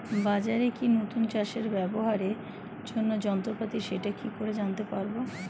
বাজারে কি নতুন চাষে ব্যবহারের জন্য যন্ত্রপাতি সেটা কি করে জানতে পারব?